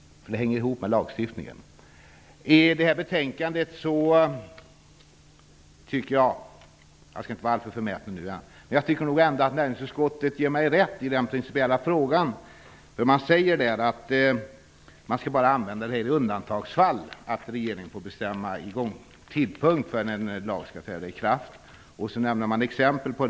Det hänger ihop med lagstiftningen. I det här betänkandet - jag skall inte vara alltför förmäten - tycker jag att näringsutskottet ger mig rätt i den principiella frågan. Utskottet säger att regeringens rätt att bestämma tidpunkten för när en lag skall träda i kraft skall användas i undantagsfall. Sedan nämns exempel.